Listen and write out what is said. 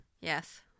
Yes